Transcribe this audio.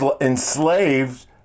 enslaved